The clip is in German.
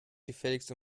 gefälligst